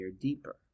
deeper